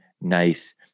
nice